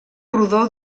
rodó